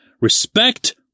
Respect